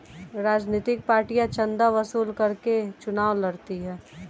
राजनीतिक पार्टियां चंदा वसूल करके चुनाव लड़ती हैं